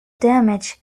damage